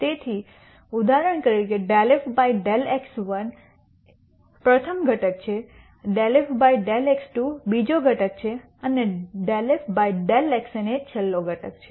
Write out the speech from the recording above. તેથી ઉદાહરણ તરીકે આ ∂f ∂x1 પ્રથમ ઘટક છે ∂f ∂x2 બીજો ઘટક છે અને ∂f ∂xnએ છેલ્લો ઘટક છે